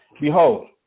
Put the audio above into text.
behold